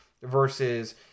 Versus